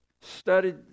studied